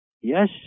Yes